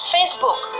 Facebook